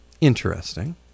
Interesting